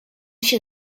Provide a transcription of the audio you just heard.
się